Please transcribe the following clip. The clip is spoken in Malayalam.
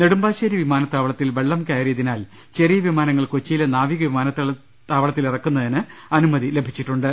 നെടുമ്പാശേരി വിമാനത്താവളത്തിൽ വെള്ളം കയറിയതിനാൽ ചെറിയ വിമാനങ്ങൾ കൊച്ചിയിലെ നാവിക വിമാനത്താവ ളത്തിൽ ഇറക്കുന്നതിന് അനുമതി ലഭിച്ചിട്ടുണ്ട്